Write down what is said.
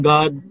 God